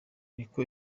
niko